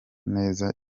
neza